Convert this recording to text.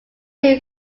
two